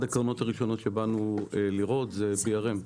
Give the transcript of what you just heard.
הקרנות הראשונות שבאנו לראות הייתה BRM,